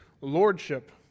lordship